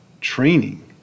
training